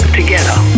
together